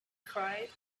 cried